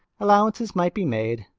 allowances might be made.